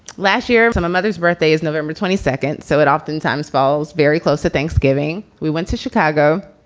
last year for my mother's birthday is november twenty second. so it oftentimes falls very close to thanksgiving. we went to chicago,